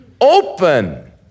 open